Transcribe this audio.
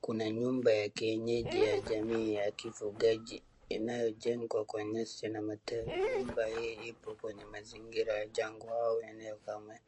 Kuna nyumba ya kienyeji ya jamii ya kifugaji inayojengwa kwa nyasi na nyumba hii ipo kwenye mazingira jangwa ama eneo la ukame